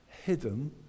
hidden